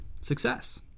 success